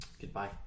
goodbye